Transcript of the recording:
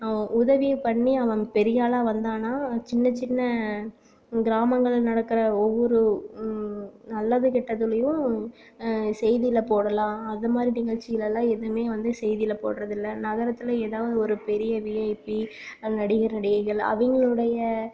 உதவி பண்ணி அவன் பெரிய ஆளாக வந்தான்னா அவன் சின்ன சின்ன கிராமங்களில் நடக்கிற ஒவ்வொரு நல்லது கெட்டதுலேயும் செய்தியில் போடலாம் அதுமாதிரி நிகழ்ச்சிகளெல்லாம் எதுவும் வந்து செய்தியில் போடுறதில்ல நகரத்தில் ஏதாவது ஒரு பெரிய விஐபி நடிகர் நடிகைகள் அவங்களுடைய